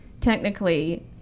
technically